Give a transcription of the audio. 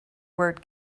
word